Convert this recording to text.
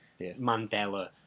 Mandela